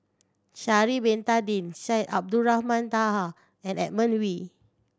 Sha'ari Bin Tadin Syed Abdulrahman Taha and Edmund Wee